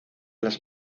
las